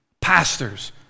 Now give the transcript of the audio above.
pastors